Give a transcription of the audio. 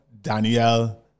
Danielle